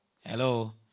Hello